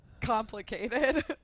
complicated